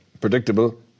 Predictable